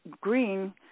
Green